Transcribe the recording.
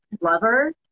lover